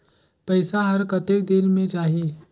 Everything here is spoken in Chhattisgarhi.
पइसा हर कतेक दिन मे जाही?